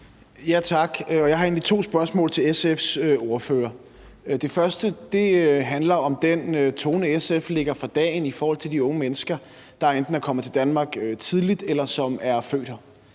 Tak. Jeg har egentlig to spørgsmål til SF's ordfører. Det første handler om den tone, SF lægger for dagen i forhold til de unge mennesker, der enten er kommet til Danmark tidligt, eller som er født her.